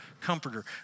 comforter